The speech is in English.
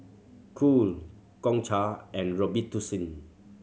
Cool Gongcha and Robitussin